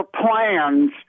plans